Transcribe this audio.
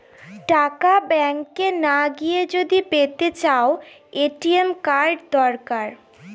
টাকা ব্যাঙ্ক না গিয়ে যদি পেতে চাও, এ.টি.এম কার্ড দরকার